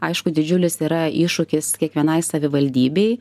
aišku didžiulis yra iššūkis kiekvienai savivaldybei